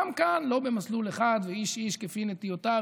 גם כאן לא במסלול אחד ואיש-איש כפי נטיותיו,